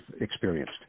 experienced